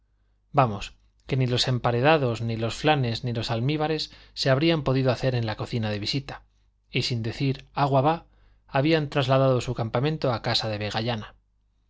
vamos que ni los emparedados ni los flanes ni los almíbares se habrían podido hacer en la cocina de visita y sin decir agua va habían trasladado su campamento a casa de vegallana